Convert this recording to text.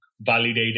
validated